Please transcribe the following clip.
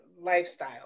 lifestyle